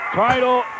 title